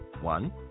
One